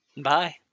Bye